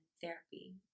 therapy